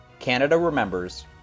CanadaRemembers